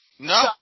No